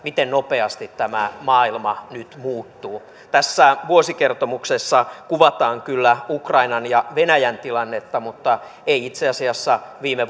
miten nopeasti tämä maailma nyt muuttuu tässä vuosikertomuksessa kuvataan kyllä ukrainan ja venäjän tilannetta mutta ei itse asiassa viime